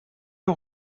aux